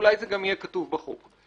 אולי גם זה יהיה כתוב בחוק.